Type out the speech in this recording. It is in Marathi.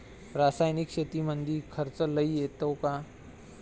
रासायनिक शेतीमंदी खर्च लई येतो का?